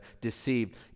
deceived